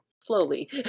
slowly